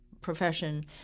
profession